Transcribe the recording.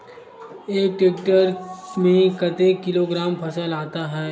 एक टेक्टर में कतेक किलोग्राम फसल आता है?